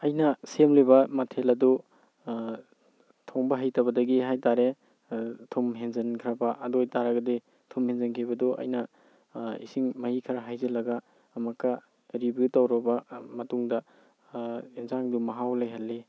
ꯑꯩꯅ ꯁꯦꯝꯂꯤꯕ ꯃꯊꯦꯜ ꯑꯗꯨ ꯊꯣꯡꯕ ꯍꯩꯇꯕꯗꯒꯤ ꯍꯥꯏꯇꯥꯔꯦ ꯊꯨꯝ ꯍꯦꯟꯖꯤꯟꯈ꯭ꯔꯕ ꯑꯗꯨ ꯑꯣꯏꯇꯥꯗꯤ ꯊꯨꯝ ꯍꯦꯟꯖꯤꯟꯈꯤꯕꯗꯨ ꯑꯩꯅ ꯏꯁꯤꯡ ꯃꯍꯤ ꯈꯔ ꯍꯩꯖꯤꯜꯂꯒ ꯑꯃꯨꯛꯀ ꯔꯤꯕꯤꯎ ꯇꯧꯔꯕ ꯃꯇꯨꯡꯗ ꯌꯦꯟꯁꯥꯡꯗꯨ ꯃꯍꯥꯎ ꯂꯩꯍꯜꯂꯤ